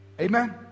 amen